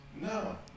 No